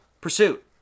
pursuit